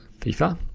FIFA